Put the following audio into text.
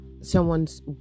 someone's